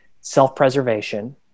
self-preservation